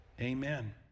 amen